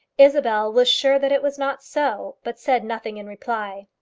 isabel was sure that it was not so, but said nothing in reply.